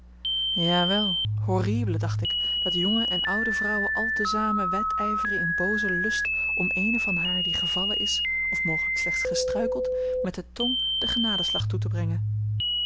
ja wel horrible dacht ik dat jonge en oude vrouwen al te zamen wedijveren in boozen lust om eene van haar die gevallen is of mogelijk slechts gestruikeld met de tong den genadeslag toe te brengen